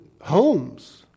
homes